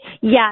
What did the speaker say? Yes